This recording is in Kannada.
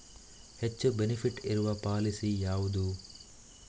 ಹೆಚ್ಚು ಬೆನಿಫಿಟ್ ಇರುವ ಪಾಲಿಸಿ ಯಾವುದು?